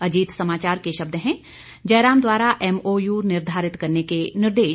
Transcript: अजीत समाचार के शब्द हैं जयराम द्वारा एमओयू निर्धारित करने के निर्देश